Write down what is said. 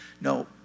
No